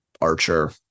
Archer